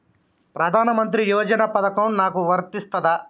ప్రధానమంత్రి యోజన పథకం నాకు వర్తిస్తదా?